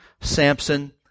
Samson